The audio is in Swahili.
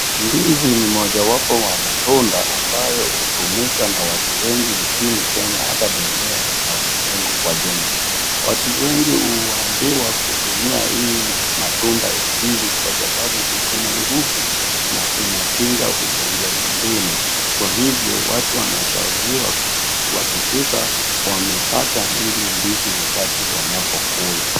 Ndizi ni mojawapo wa matunda ambayo hutumika na watu wengi nchini Kenya hata dunia na ulimwengu kwa jumla. Watu wengi huambiwa kutumia hii matunda ya ndizi kwa sababu iko na nguvu na inakinga ugonjwa mengine. Kwa hivyo watu wanashauriwa kuhakikisha wamepata hili ndizi wakati wanapokula.